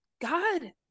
God